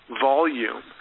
volume